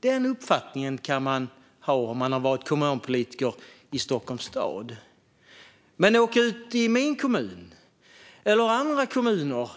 Den uppfattningen kan man ha om man har varit kommunpolitiker i Stockholms stad. Men åk ut till min kommun eller andra kommuner